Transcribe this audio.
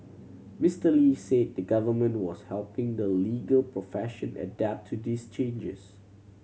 Mister Lee said the Government was helping the legal profession adapt to this changes